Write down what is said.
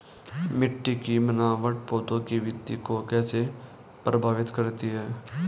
मिट्टी की बनावट पौधों की वृद्धि को कैसे प्रभावित करती है?